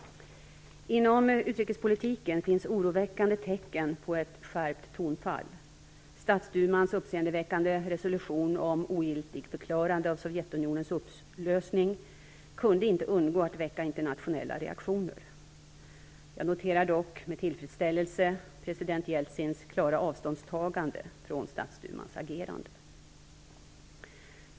Inom utrikespolitiken finns oroväckande tecken på ett skärpt tonfall. Statsdumans uppseendeväckande resolution om ogiltigförklarande av Sovjetunionens upplösning kunde inte undgå att väcka internationella reaktioner. Jag noterar dock med tillfredsställelse president Jeltsins klara avståndstagande från statsdumans agerande.